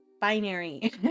binary